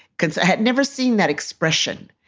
because i had never seen that expression,